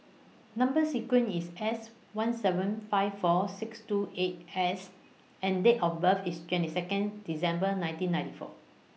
Number sequence IS S one seven five four six two eight S and Date of birth IS twenty Second December nineteen ninety four